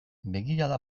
begirada